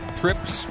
trips